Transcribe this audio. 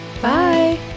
bye